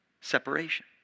separation